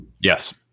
Yes